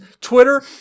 Twitter